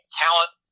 talent